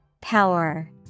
Power